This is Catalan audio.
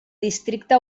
districte